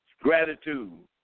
gratitude